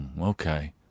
Okay